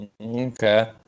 Okay